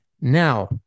Now